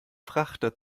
frachter